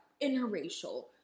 interracial